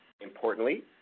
Importantly